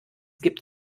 gibt